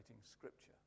scripture